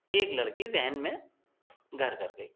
ایک لڑکی ذہن میں گھر کر گئی